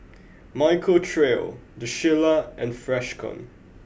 Michael Trio the Shilla and Freshkon